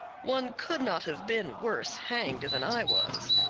one could not have been worse hanged than i was.